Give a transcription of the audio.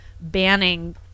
banning